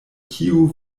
kiu